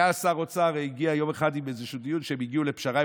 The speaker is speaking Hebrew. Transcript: היה שר אוצר שהגיע יום אחד עם איזשהו דיון שהם הגיעו לפשרה,